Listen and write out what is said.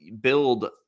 build